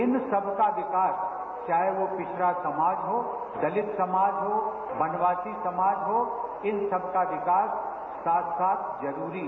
इन सबका विकास चाहे वो पिछड़ा समाज हो दलित समाज हो वनवासी समाज हो इन सबका विकास साथ साथ जरूरी है